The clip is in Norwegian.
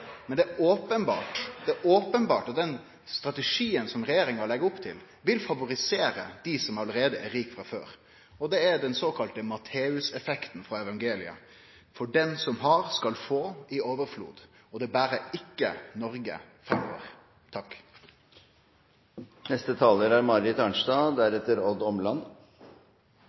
men det er openbert at den strategien regjeringa legg opp til, vil favorisere dei som allereie er rike frå før. Det er den såkalla Matteus-effekten frå evangeliet: For han som har, skal få i overflod, og det ber ikkje Noreg